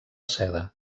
seda